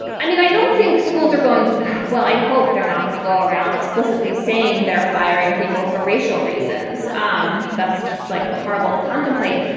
i mean, i don't think schools are going well. i hope they're not going to go around explicitly saying they're firing people for racial reasons. um that's just like horrible to contemplate.